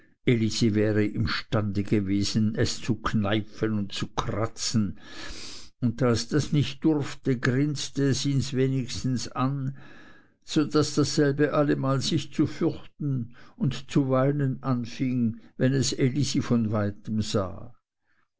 wäre imstande gewesen es zu kneifen und zu kratzen und da es das nicht durfte grinste es ihns wenigstens an so daß dasselbe allemal sich zu fürchten und zu weinen anfing wenn es elisi von weitem sah